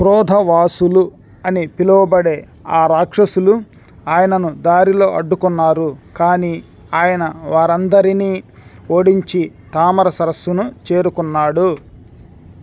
క్రోధవాసులు అని పిలువబడే ఆ రాక్షసులు ఆయనను దారిలో అడ్డుకున్నారు కాని ఆయన వారందరినీ ఓడించి తామర సరస్సును చేరుకున్నాడు